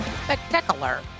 Spectacular